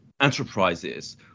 enterprises